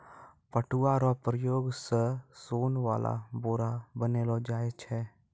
पटुआ रो प्रयोग से सोन वाला बोरा बनैलो जाय छै